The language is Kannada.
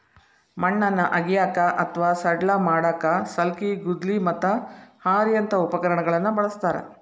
ಮಣ್ಣನ್ನ ಅಗಿಯಾಕ ಅತ್ವಾ ಸಡ್ಲ ಮಾಡಾಕ ಸಲ್ಕಿ, ಗುದ್ಲಿ, ಮತ್ತ ಹಾರಿಯಂತ ಉಪಕರಣಗಳನ್ನ ಬಳಸ್ತಾರ